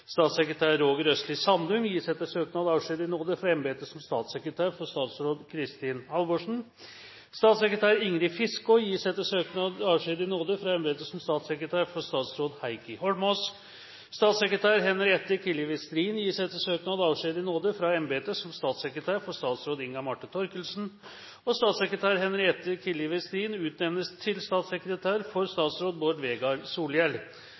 Statssekretær Roger Østlie Sandum gis etter søknad avskjed i nåde fra embetet som statssekretær for statsråd Kristin Halvorsen. Statssekretær Ingrid Fiskaa gis etter søknad avskjed i nåde fra embetet som statssekretær for statsråd Heikki Holmås. Statssekretær Henriette Killi Westhrin gis etter søknad avskjed i nåde fra embetet som statssekretær for statsråd Inga Marte Thorkildsen. Statssekretær Henriette Killi Westhrin utnevnes til statssekretær for statsråd Bård Vegar Solhjell.